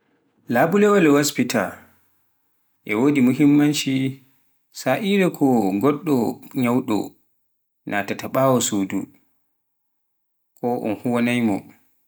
labulewal waspita e wodi muhimmanci sa'ire ko ngoɗɗo nyawɗo nataata baawo suudi, ko un huwaanai mo.